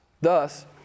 Thus